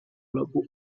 俱乐部